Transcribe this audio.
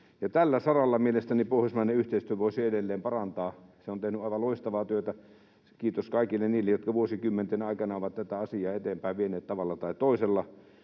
Tällä saralla mielestäni pohjoismainen yhteistyö voisi edelleen parantaa. Se on tehnyt aivan loistavaa työtä — kiitos kaikille niille, jotka vuosikymmenten aikana ovat tätä asiaa eteenpäin vieneet tavalla tai toisella